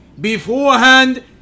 beforehand